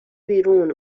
بیرون